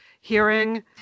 hearing